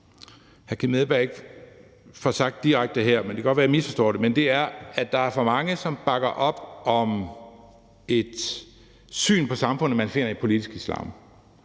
hr. Kim Edberg Andersen ikke får sagt direkte her – det kan godt være, at jeg misforstår det – er, at der er for mange, som bakker op om et syn på samfundet, man finder i politisk islam,